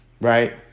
Right